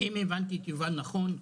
אם הבנתי את יובל נכון,